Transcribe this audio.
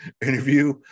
interview